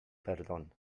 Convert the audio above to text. perdón